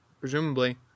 presumably